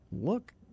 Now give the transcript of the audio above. look